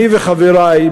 אני וחברי,